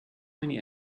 many